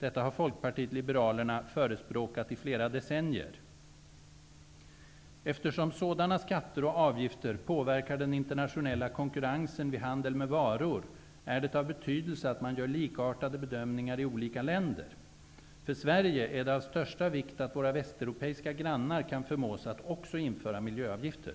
Detta har Folkpartiet liberalerna förespråkat i flera decennier. Eftersom sådana skatter och avgifter påverkar den internationella konkurrensen vid handel med varor är det av betydelse att man gör likartade bedömningar i olika länder. För Sverige är det av största vikt att våra västeuropeiska grannar kan förmås att också införa miljöavgifter.